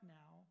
now